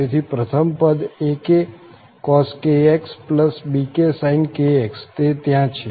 તેથી પ્રથમ પદ akcos⁡bksin⁡ તે ત્યાં છે